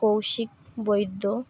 Kaushik Baidya